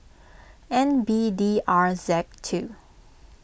N B D R Z two